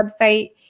website